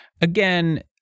Again